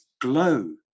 glow